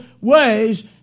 Ways